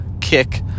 kick